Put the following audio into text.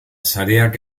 sareak